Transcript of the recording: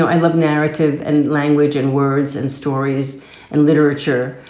i love narrative and language and words and stories and literature.